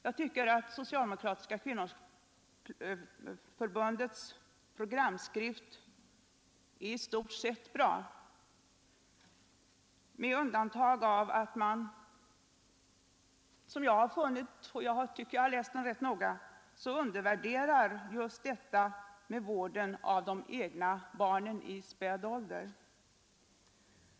Jag tycker att Socialdemokratiska kvinnoförbundets programskrift i stort sett är bra med undantag av att man, vilket jag har funnit — och jag har läst den rätt noga — undervärderar just vården av de egna barnen i späd ålder.